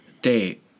date